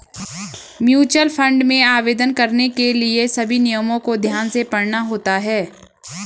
mutual fund में आवेदन करने के लिए सभी नियमों को ध्यान से पढ़ना होता है